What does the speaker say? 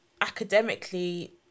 academically